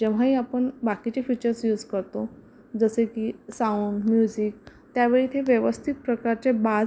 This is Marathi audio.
जेव्हाही आपण बाकीचे फीचर्स यूज करतो जसे की साऊंड म्युझिक त्यावेळी ते व्यवस्थित प्रकारचे बाज